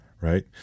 right